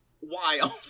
wild